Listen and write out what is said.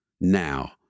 now